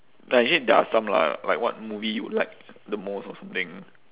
but actually there are some lah like what movie you like the most or something